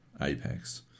Apex